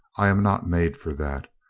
i am not made for that.